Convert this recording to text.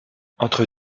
entre